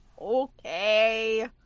Okay